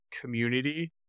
community